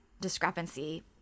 discrepancy